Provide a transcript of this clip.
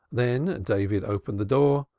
then david opened the door,